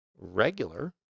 regular